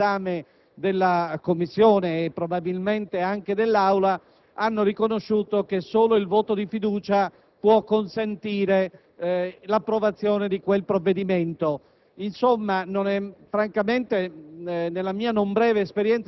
presentatori della gran parte degli emendamenti all'esame della Commissione e probabilmente anche dell'Assemblea, hanno riconosciuto che solo il voto di fiducia potrà consentire l'approvazione del provvedimento.